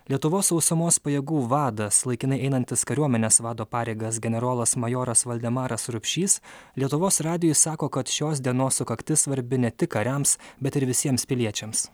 lietuvos sausumos pajėgų vadas laikinai einantis kariuomenės vado pareigas generolas majoras valdemaras rupšys lietuvos radijui sako kad šios dienos sukaktis svarbi ne tik kariams bet ir visiems piliečiams